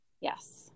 Yes